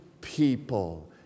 people